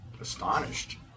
astonished